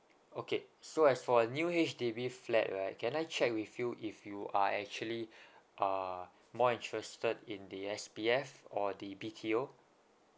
okay so as for a new H_D_B flat right can I check with you if you are actually ah more interested in the S_B_F or the B_T_O